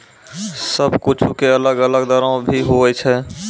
सब कुछु के अलग अलग दरो भी होवै छै